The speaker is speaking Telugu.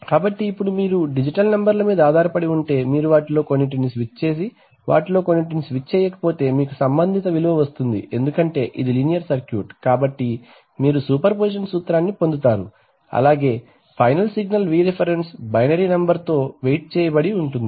కాబట్టి ఇప్పుడు మీరు డిజిటల్ నంబర్ల మీద ఆధార పడి ఉంటే మీరు వాటిలో కొన్నింటిని స్విచ్ చేసి వాటిలో కొన్నింటిని స్విచ్ చేయకపోతే మీకు సంబంధిత విలువ వస్తుంది ఎందుకంటే ఇది లీనియర్ సర్క్యూట్ కాబట్టి మీరు సూపర్ పొజిషన్ సూత్రాన్ని పొందుతారు అలాగే final signal Vref binary number తో వెయిట్ చేయబడి ఉంటుంది